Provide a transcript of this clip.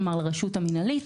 כלומר לרשות המינהלית.